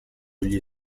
gli